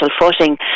footing